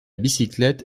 bicyclette